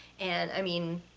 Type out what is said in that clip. and i mean,